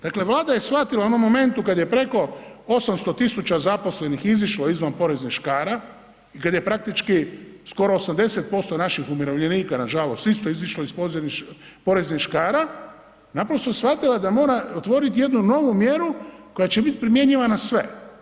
Dakle, Vlada je shvatila u onom momentu kad je preko 800.000 zaposlenih izišlo izvan poreznih škara i kad je praktički skoro 80% naših umirovljenika nažalost isto izišlo iz poreznih škara, naprosto shvatila da mora otvoriti jednu novu mjeru koja će biti primjenjiva na sve.